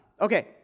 Okay